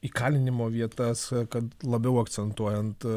įkalinimo vietas kad labiau akcentuojant